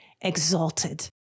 exalted